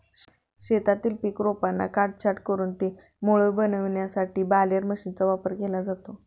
शेतातील पीक रोपांना काटछाट करून ते मोळी बनविण्यासाठी बालेर मशीनचा वापर केला जातो